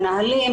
מנהלים,